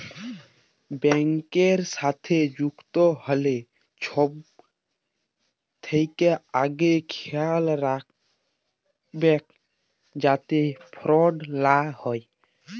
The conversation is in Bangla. ব্যাংকের সাথে যুক্ত হ্যলে ছব থ্যাকে আগে খেয়াল রাইখবেক যাতে ফরড লা হ্যয়